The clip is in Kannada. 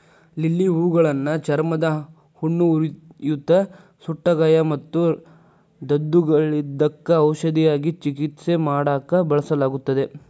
ಲಿಲ್ಲಿ ಹೂಗಳನ್ನ ಚರ್ಮದ ಹುಣ್ಣು, ಉರಿಯೂತ, ಸುಟ್ಟಗಾಯ ಮತ್ತು ದದ್ದುಗಳಿದ್ದಕ್ಕ ಔಷಧವಾಗಿ ಚಿಕಿತ್ಸೆ ಮಾಡಾಕ ಬಳಸಲಾಗುತ್ತದೆ